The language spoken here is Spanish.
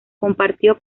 compartió